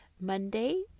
Monday